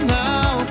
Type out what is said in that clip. now